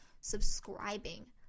subscribing